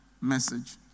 message